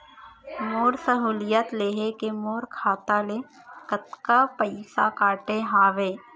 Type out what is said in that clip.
मोर सहुलियत लेहे के मोर खाता ले कतका पइसा कटे हवये?